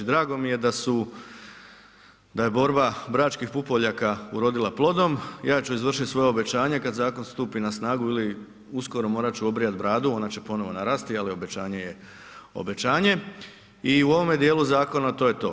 Drago mi je da je borba „Bračkih pupoljaka“ urodila plodom, ja ću izvršiti svoje obećanje kad zakon stupi na snagu ili uskoro morat ću obrijat bradu, ona će ponovno narasti, ali obećanje je obećanje i u ovome djelu zakona to je to.